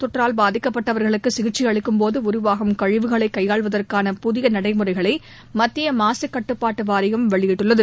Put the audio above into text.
தொற்றால்பாதிக்கப்பட்டவர்களுக்குசிகிச்சைஅளிக்கும்போதுஉருவாகும்க ழிவுகளைக்கையாள்வதற்கானபுதியநடைமுறைகளைமத்தியமாசுக்கட்டுப் பாட்டுவாரியம்வெளியிட்டுள்ளது